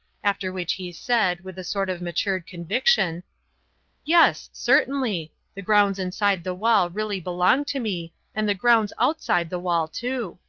after which he said, with a sort of matured conviction yes, certainly the grounds inside the wall really belong to me, and the grounds outside the wall, too.